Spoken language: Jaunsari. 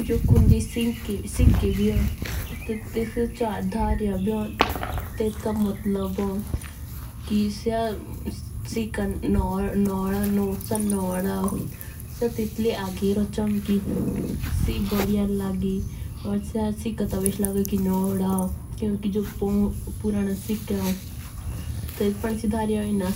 जो कुंजेई सीखे भी ए ता तेस्के चार दरिया भी होन। तो तेतली पता चला कि ईजा सिखा नवा हो। सेया तेतली अगि रा चमके बदिया लागे या सेया सिखाया तबे एशा लग कि नवा ए कुइकी जो पुराणे सिखा ए तो तेतपदी सेई दरिया ऐ ना।